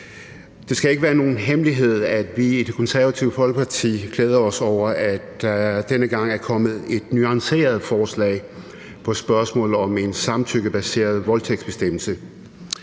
Det skal ikke være nogen hemmelighed, at vi i Det Konservative Folkeparti glæder os over, at der denne gang er kommet et nuanceret forslag vedrørende spørgsmålet om en samtykkebaseret voldtægtsbestemmelse.